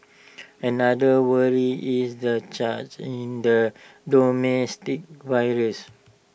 another worry is the charge in the virus